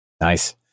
Nice